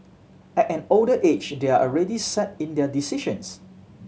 at an older age they're already set in their decisions